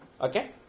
Okay